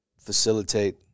facilitate